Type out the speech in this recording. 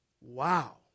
Wow